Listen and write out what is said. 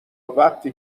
وقتی